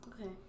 Okay